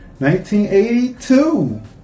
1982